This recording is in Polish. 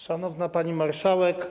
Szanowna Pani Marszałek!